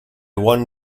one